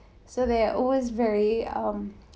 so they're are always very um